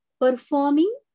performing